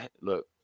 Look